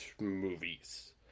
movies